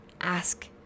Ask